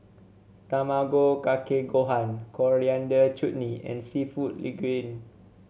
Tamago Kake Gohan Coriander Chutney and seafood Linguine